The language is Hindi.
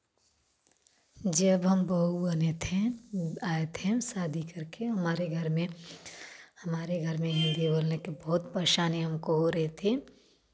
जब हम बहू बने थे आए थे हम शादी करके हमारे घर में हमारे घर में हिंदी बोलने की बहुत परेशानी हमको हो रही थी